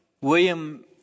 william